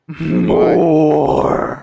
more